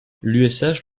l’ush